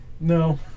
No